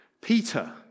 Peter